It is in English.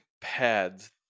pads